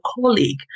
colleague